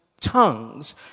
tongues